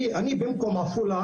אני במקום עפולה,